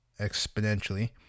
exponentially